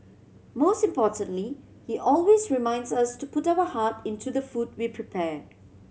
most importantly he always reminds us to put our heart into the food we prepare